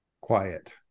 quiet